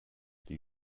die